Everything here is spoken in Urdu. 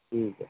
ٹھیک ہے